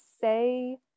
say